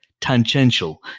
tangential